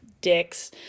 dicks